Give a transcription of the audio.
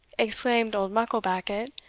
exclaimed old mucklebackit,